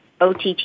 OTT